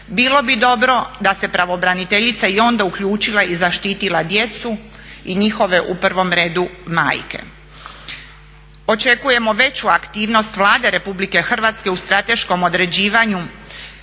Bilo bi dobro da se pravobraniteljica i onda uključila i zaštitila djecu i njihove u prvom redu majke. Očekujemo veću aktivnost Vlade RH u strateškom određivanju